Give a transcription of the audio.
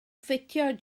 ffitio